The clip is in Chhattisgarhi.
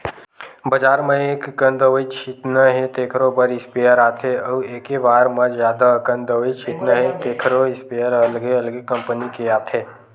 बजार म एककन दवई छितना हे तेखरो बर स्पेयर आथे अउ एके बार म जादा अकन दवई छितना हे तेखरो इस्पेयर अलगे अलगे कंपनी के आथे